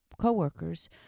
coworkers